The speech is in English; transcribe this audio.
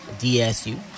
DSU